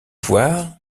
voir